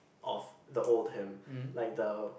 of the old him like the